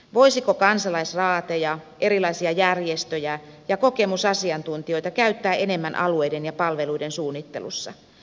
voisiko kansalaisraateja erilaisia järjestöjä ja kokemusasiantuntijoita käyttää enemmän alueiden ja palveluiden suunnittelussa